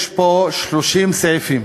יש פה 30 סעיפים.